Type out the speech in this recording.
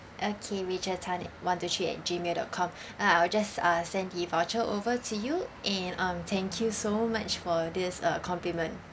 okay rachel tan at one two three at gmail dot com uh I will just uh send the voucher over to you and um thank you so much for this uh compliment